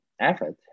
effort